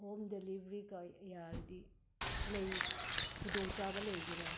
home ꯗꯦꯂꯤꯕ꯭ꯔꯤꯒ ꯌꯥꯔꯗꯤ ꯈꯨꯗꯣꯡ ꯆꯥꯕ ꯂꯩꯕ꯭ꯔꯣ